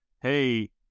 hey